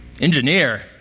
Engineer